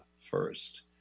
first